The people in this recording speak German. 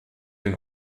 den